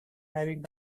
having